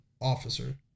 officer